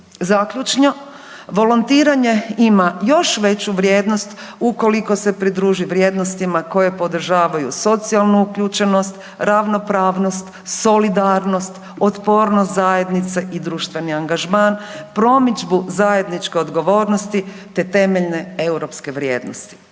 Zaključno, volontiranje ima još veću vrijednost ukoliko se pridruži vrijednostima koje podržavaju socijalnu uključenost, ravnopravnost, solidarnost, otpornost zajednice i društveni angažman, promidžbu zajedničke odgovornosti te temeljne europske vrijednosti.